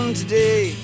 today